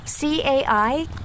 CAI